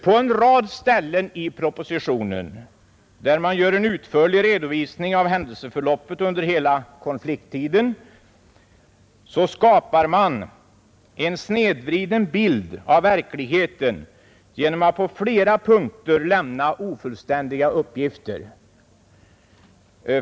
På en rad ställen i propositionen, där man gör en utförlig redovisning av händelseförloppet under hela konflikttiden, skapar man en snedvriden bild av verkligheten genom att på flera punkter lämna ofullständiga uppgifter.